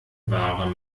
wahre